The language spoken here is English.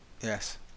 Yes